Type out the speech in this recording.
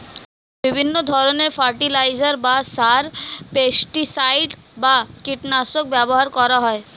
বিভিন্ন ধরণের ফার্টিলাইজার বা সার, পেস্টিসাইড বা কীটনাশক ব্যবহার করা হয়